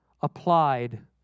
applied